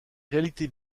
réalités